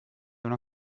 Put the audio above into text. una